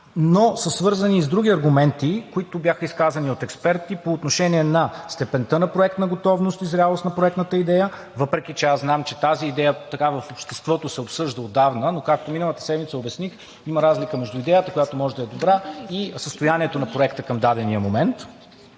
но са свързани и с други аргументи, които бяха изказани от експерти по отношение на степента на проектна готовност и зрялост на проектната идея. Въпреки че знам, че тази идея се обсъжда отдавна в обществото, но, както миналата седмица обясних, има разлика между идеята, която може да е добра, и състоянието на проекта към дадения момент,